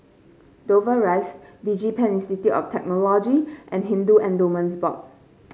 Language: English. Dover Rise DigiPen Institute of Technology and Hindu Endowments Board